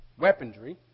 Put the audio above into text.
weaponry